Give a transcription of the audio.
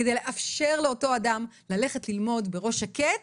כדי לאפשר לאותו אדם ללכת ללמוד בראש שקט.